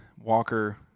Walker